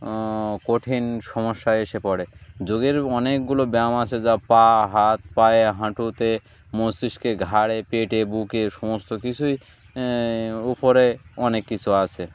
কঠিন সমস্যা এসে পড়ে যোগের অনেকগুলো ব্যায়াম আছে যা পা হাত পায়ে হাঁটুতে মস্তিষ্কে ঘাড়ে পেটে বুকে সমস্ত কিছুই উপরে অনেক কিছু আছে